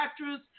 actress